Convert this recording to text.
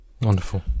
Wonderful